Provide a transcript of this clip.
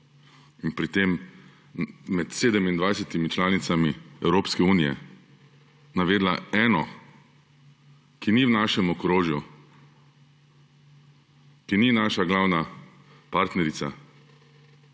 in pri tem med 27 članicami Evropske unije navedla eno, ki ni v našem okrožju, ki ni naša glavna partnerica,